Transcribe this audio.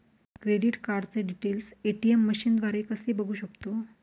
Credit कार्डचे details ATM मशीनद्वारे कसे बघू शकतो?